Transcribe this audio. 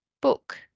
book